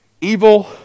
Evil